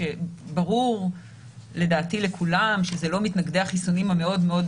שברור לדעתי לכולם שזה לא מתנגדי החיסונים המאוד-מאוד